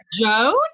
Joan